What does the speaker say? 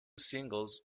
singles